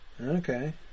Okay